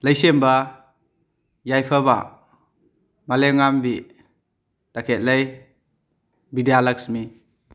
ꯂꯩꯁꯦꯝꯕ ꯌꯥꯏꯐꯕ ꯃꯥꯂꯦꯝꯉꯥꯝꯕꯤ ꯇꯈꯦꯜꯂꯩ ꯕꯤꯗ꯭ꯌꯥꯂꯛꯁꯃꯤ